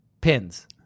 pins